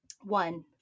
One